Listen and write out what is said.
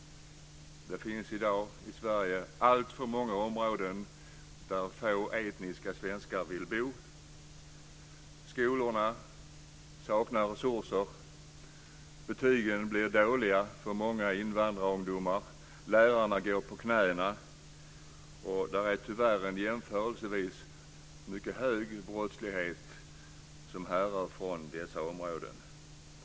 Det finns i dag i Sverige alltför många områden där få etniska svenskar vill bo. Skolorna saknar resurser. Betygen blir dåliga för många invandrarungdomar. Lärarna går på knäna. Det är tyvärr en jämförelsevis mycket hög brottslighet som härrör från dessa områden.